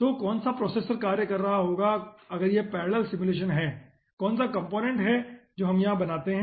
तो कौन सा प्रोसेसर कार्य कर रहा होगा अगर यह पैरेलल सिमुलेशन है कौन सा कॉम्पोनेन्ट है जो हम यहां बनाते हैं